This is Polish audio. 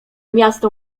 miasto